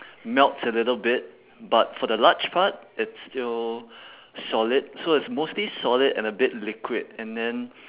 melts a little bit but for the large part it's still solid so it's mostly solid and a bit liquid and then